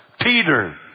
Peter